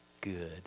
good